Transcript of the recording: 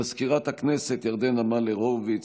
מזכירת הכנסת ירדנה מלר-הורוביץ,